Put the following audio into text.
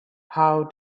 how